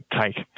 take